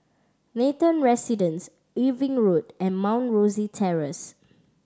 Nathan Residence Irving Road and Mount Rosie Terrace